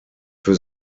für